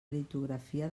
litografia